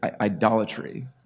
Idolatry